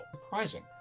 surprising